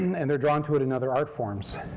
and they're drawn to it in other art forms,